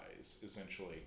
essentially